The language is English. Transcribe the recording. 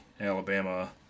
alabama